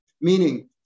meaning